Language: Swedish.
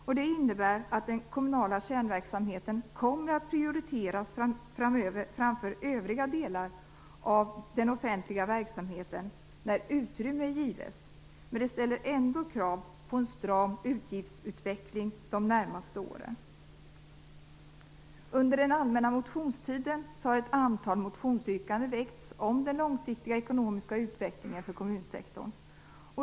Detta innebär att den kommunala kärnverksamheten kommer att prioriteras framför övriga delar av den offentliga verksamheten när utrymme gives, men det ställer ändå krav på en stram utgiftsutveckling under de närmaste åren. Under den allmänna motionstiden har ett antal motionsyrkanden väckts om den långsiktiga ekonomiska utvecklingen för kommunsektorn.